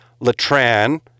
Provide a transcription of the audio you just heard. Latran